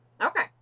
okay